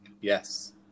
Yes